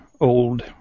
old